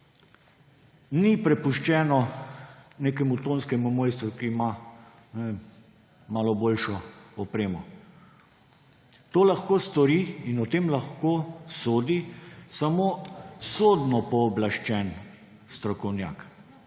ni prepuščeno nekemu tonskemu mojstru, ki ima, ne vem, malo boljšo opremo. To lahko stori in o tem lahko sodi samo sodno pooblaščen strokovnjak.